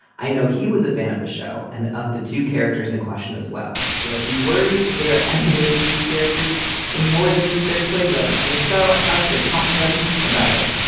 i know he was a fan of the show and of the two characters in question as well. should i be worried that they are emulating these characters in more than just their twin them. and if so how should i talk to them about it